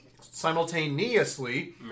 simultaneously